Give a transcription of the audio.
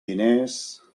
diners